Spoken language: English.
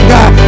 God